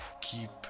keep